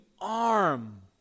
arm